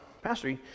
Pastor